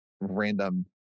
random